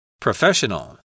Professional